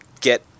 get